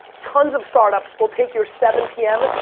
tons of startups will take your seven p m.